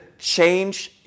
Change